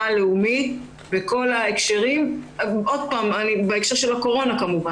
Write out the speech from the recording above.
הלאומית בכל ההקשרים בכל הנוגע לקורונה,